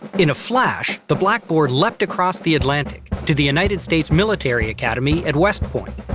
in a flash, the blackboard leapt across the atlantic to the united states military academy at west point.